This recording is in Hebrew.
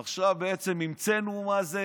עכשיו בעצם המצאנו מה זה